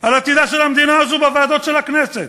על עתידה של המדינה הזאת בוועדות הכנסת,